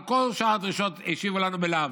על כל שאר הדרישות השיבו לנו בלאו,